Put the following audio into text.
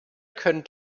können